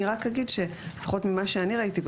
אני רק אגיד שלפחות ממה שאני ראיתי,